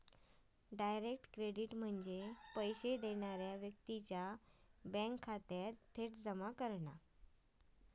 direct credit म्हणजे पैसो देणारा व्यक्तीच्यो बँक खात्यात थेट जमा करणा